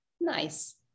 Nice